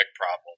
problem